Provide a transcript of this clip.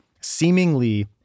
seemingly